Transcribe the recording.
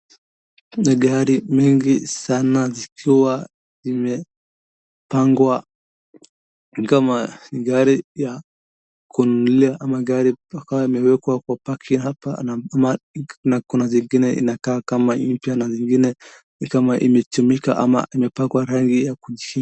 Gari mingi sana zikiwa zimepangwa, ni kama ni gari ya kununulia, ama gari ambayo imewekwa kwa paki hapa, na kuna zingine inakaa kama mpya na zingine ni kama imechemika na ingine imepakwa rangi ya kuji...